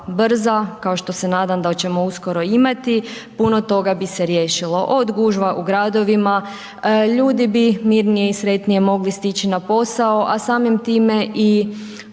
kao što se nadam da ćemo uskoro imati, puno toga bi se riješilo. Od gužva u gradovima, ljudi bi mirnije i sretnije mogli stići na posao a samim time